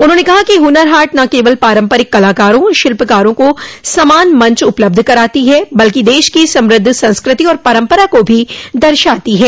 उन्होंने कहा कि हुनर हाट न केवल पारंपरिक कलाकारों और शिल्पकारों को समान मंच उपलब्ध कराती है बल्कि देश की समृद्ध संस्कृति और परंपरा को भी दर्शाती है